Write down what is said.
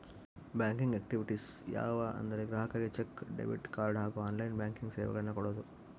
banking activities ಯಾವ ಅಂದರೆ ಗ್ರಾಹಕರಿಗೆ ಚೆಕ್, ಡೆಬಿಟ್ ಕಾರ್ಡ್ ಹಾಗೂ ಆನ್ಲೈನ್ ಬ್ಯಾಂಕಿಂಗ್ ಸೇವೆಗಳನ್ನು ಕೊಡೋದು